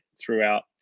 throughout